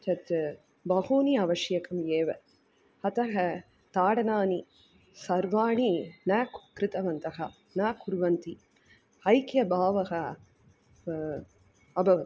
तत् बहूनि आवश्यकम् एव अतः ताडनानि सर्वाणि न कृतवन्तः न कुर्वन्ति ऐक्यभावः अभवत्